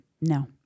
No